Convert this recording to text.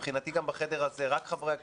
מבחינתי גם בחדר הזה, רק חברי הכנסת,